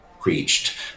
preached